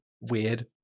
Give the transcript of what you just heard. weird